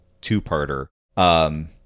two-parter